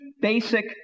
basic